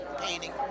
painting